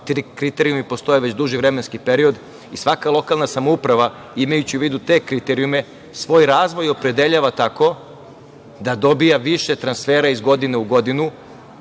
Kriterijumi postoje već duži vremenski period. Svaka lokalna samouprava, imajući u vidu te kriterijume, svoj razvoj opredeljuje tako da dobija više transfera iz godine u godinu